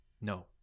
No